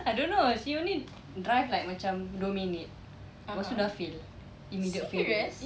I don't know she only drive like macam dua minit pastu dah fail immediate failure